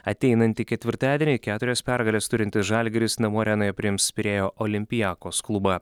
ateinantį ketvirtadienį keturias pergales turintis žalgiris namų arenoje priims pirėjo olimpiakos klubą